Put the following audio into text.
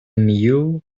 mule